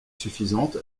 suffisante